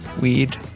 weed